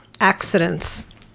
accidents